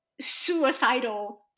suicidal